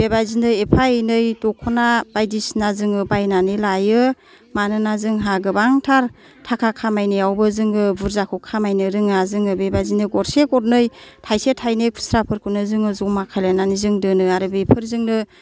बेबायदिनो एफा एनै दख'ना बायदिसिना जोङो बायनानै लायो मानोना जोंहा गोबांथार थाखा खामायनायावबो जोङो बुरजाखौ खामायनो रोङा जोङो बेबायदिनो गरसे गरनै थायसे थायनै खुस्राफोरखौनो जों जमा खालायनानै जों दोनो आरो बेफोरजोंनो